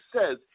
says